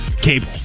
cable